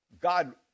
God